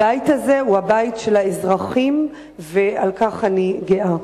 הבית הזה הוא הבית של האזרחים, ועל כך אני גאה.